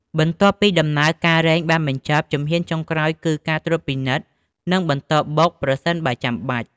បន្ទាប់ពីដំណើរការរែងបានបញ្ចប់ ជំហានចុងក្រោយគឺការត្រួតពិនិត្យ និងបន្តបុក ប្រសិនបើចាំបាច់។